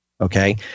Okay